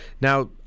Now